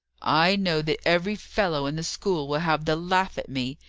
i know that every fellow in the school will have the laugh at me,